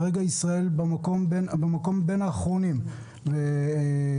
כעת ישראל במקום בין האחרונים בהורדת